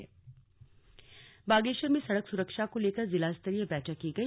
slug सड़क बागेश्वर बागेश्वर में सड़क सुरक्षा को लेकर जिला स्तरीय बैठक की गई